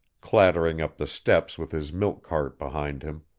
clattering up the steps with his milk-cart behind him